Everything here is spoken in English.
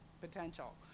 potential